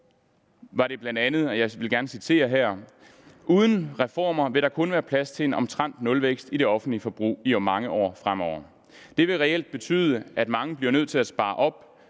står der følgende, som jeg gerne citere her: Uden reformer vil der kun være plads til en omtrent nulvækst i det offentlige forbrug i mange år fremover. Det vil reelt betyde, at mange bliver nødt til at spare op,